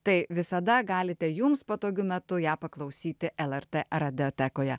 tai visada galite jums patogiu metu ją paklausyti lrt radiotekoje